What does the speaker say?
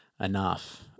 enough